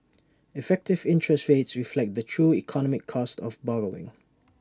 effective interest rates reflect the true economic cost of borrowing